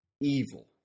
evil